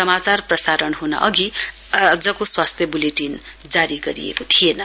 समाचार प्रसारण ह्न् अघि आजको स्वास्थ्य बुलेटिन जारी गरिएको थिएन